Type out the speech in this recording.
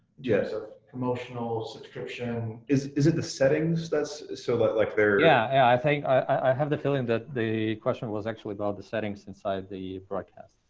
yeah so promotional subscription? is is it the settings, that's, so like? like yeah, i think i have the feeling that the question was actually about the settings inside the broadcast.